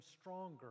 stronger